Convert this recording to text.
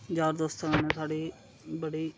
यार दोस्तें कन्नै साढ़ी बड़ी